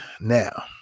Now